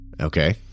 Okay